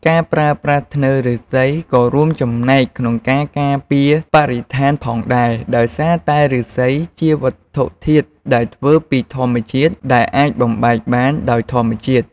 ការប្រើប្រាស់ធ្នើរឬស្សីក៏រួមចំណែកក្នុងការការពារបរិស្ថានផងដែរ ដោយសារតែឬស្សីជាវត្ថុធាតុដែលធ្វើពីធម្មជាតិដែលអាចបំបែកបានដោយធម្មជាតិ។